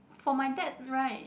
for my dad right